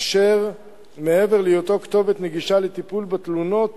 אשר מעבר להיותו כתובת נגישה לטיפול בתלונות